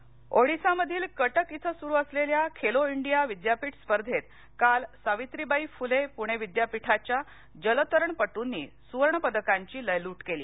Khelo India Odisha मधील कटक इथं सुरु असलेल्या खेलो इंडिया विद्यापीठ स्पर्धेत काल सावित्रीबाई फुले पुणे विद्यापीठाच्या जलतरणपटूंनी सुवर्णपदकांची लयलूट केली